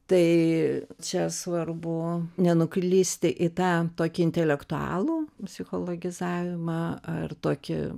tai čia svarbu nenuklysti į tą tokį intelektualų psichologizavimą ar tokį